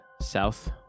south